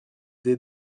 des